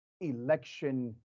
election